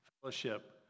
Fellowship